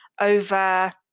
over